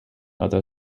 other